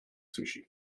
sushi